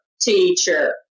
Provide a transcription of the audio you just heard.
teacher